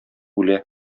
үлә